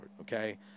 okay